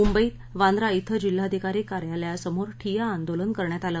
मुंबईत वांद्रा इथं जिल्हाधिकारी कार्यलयासमोर ठिय्या आंदोलन करण्यात आलं